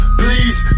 please